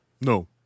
No